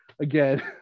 again